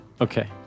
Okay